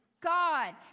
God